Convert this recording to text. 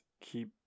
keep